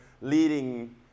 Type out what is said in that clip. leading